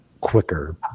quicker